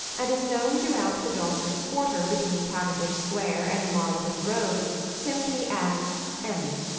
and is known throughout the doctors' quarter between cavendish square and the marylebone road simply as emmy.